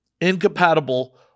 incompatible